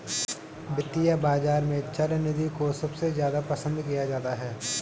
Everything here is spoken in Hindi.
वित्तीय बाजार में चल निधि को सबसे ज्यादा पसन्द किया जाता है